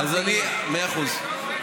מאה אחוז.